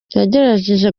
yagerageje